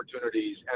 opportunities